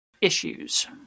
issues